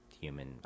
human